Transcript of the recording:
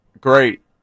great